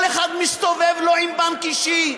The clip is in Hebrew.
כל אחד מסתובב לו עם בנק אישי.